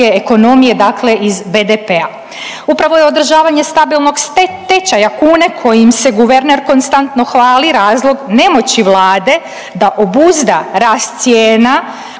ekonomije, dakle iz BDP-a. Upravo je održavanje stabilnog tečaja kune kojim se guverner konstantno hvali razlog nemoći Vlade da obuzda rast cijena